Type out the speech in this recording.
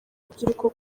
urubyiruko